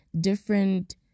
different